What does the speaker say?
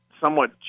somewhat